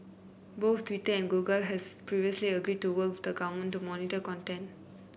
both Twitter and Google has previously agreed to work with the government to monitor content